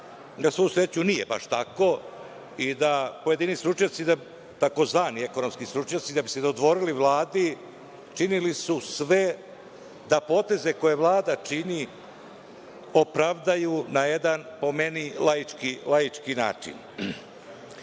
na svu sreću, da nije baš tako i da pojedini stručnjaci, tzv. ekonomski stručnjaci, da bi se dodvorili Vladi, činili su sve da poteze koje Vlada čini opravdaju na jedan, po meni, laički način.